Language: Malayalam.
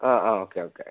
അ അ ഓക്കെ ഓക്കെ